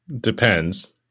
depends